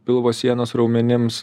pilvo sienos raumenims